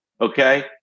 okay